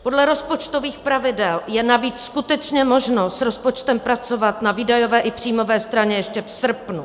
Podle rozpočtových pravidel je navíc skutečně možno s rozpočtem pracovat na výdajové i příjmové straně ještě v srpnu.